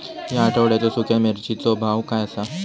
या आठवड्याचो सुख्या मिर्चीचो भाव काय आसा?